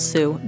Sue